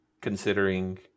considering